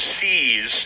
sees